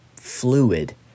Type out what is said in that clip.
fluid